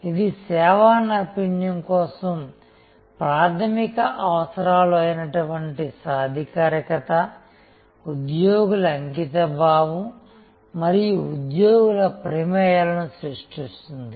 ఇది సేవా నైపుణ్యం కోసం ప్రాథమిక అవసరాలు అయిన సాధికారతఉద్యోగుల అంకితభావం మరియు ఉద్యోగుల ప్రమేయాలను సృష్టిస్తుంది